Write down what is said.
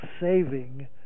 saving